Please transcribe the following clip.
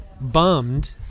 bummed